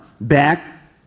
back